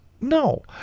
No